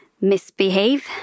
misbehave